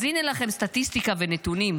אז הינה לכם סטטיסטיקה ונתונים: